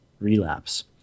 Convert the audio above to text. relapse